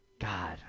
god